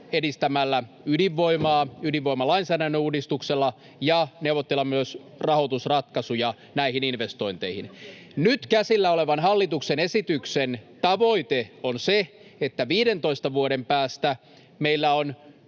edistämällä ydinvoimaa ydinvoimalainsäädännön uudistuksella ja neuvottelemalla myös rahoitusratkaisuja näihin investointeihin. Nyt käsillä olevan hallituksen esityksen tavoite on se, että 15 vuoden päästä meillä on